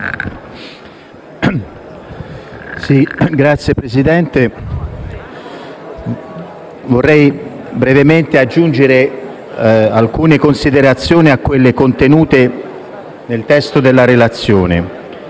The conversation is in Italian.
Signor Presidente, vorrei brevemente aggiungere alcune considerazioni a quelle contenute nel testo della relazione.